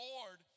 Lord